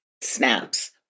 snaps